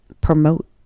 promote